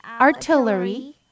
artillery